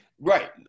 Right